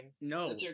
No